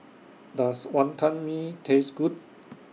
Does Wonton Mee Taste Good